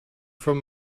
from